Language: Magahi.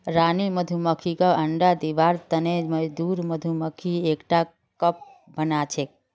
रानी मधुमक्खीक अंडा दिबार तने मजदूर मधुमक्खी एकटा कप बनाछेक